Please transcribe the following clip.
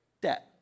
Debt